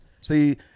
See